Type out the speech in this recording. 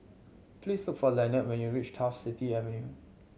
please look for Lenord when you reach Turf City Avenue